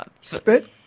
spit